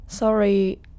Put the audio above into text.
Sorry